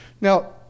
Now